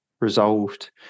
resolved